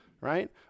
right